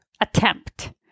attempt